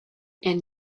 and